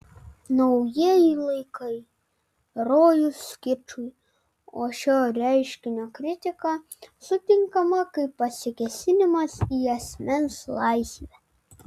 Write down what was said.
naujieji laikai rojus kičui o šio reiškinio kritika sutinkama kaip pasikėsinimas į asmens laisvę